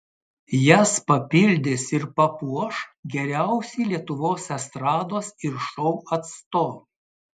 jas papildys ir papuoš geriausi lietuvos estrados ir šou atstovai